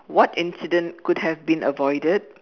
what incident could have been avoided